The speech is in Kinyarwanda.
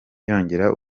yongera